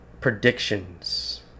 predictions